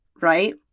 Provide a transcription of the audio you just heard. right